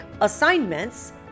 assignments